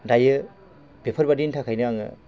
दायो बेफोरबादिनि थाखायनो आङो